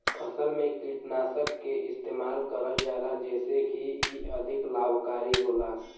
फसल में कीटनाशक के इस्तेमाल करल जाला जेसे की इ अधिक लाभकारी होला